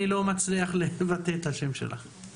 אני מנהלת מחלקת תכנון במשרד לביטחון פנים.